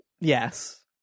Yes